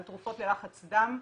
על תרופות ללחץ דם,